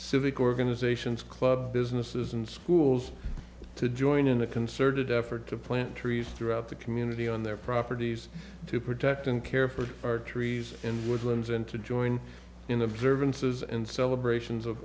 civic organizations club businesses and schools to join in a concerted effort to plant trees throughout the community on their properties to protect and care for our trees in woodlands and to join in the observances and celebrations of